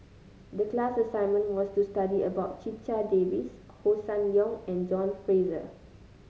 the class assignment was to study about Checha Davies Hossan Leong and John Fraser